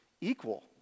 equal